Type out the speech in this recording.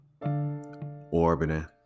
orbiting